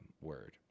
word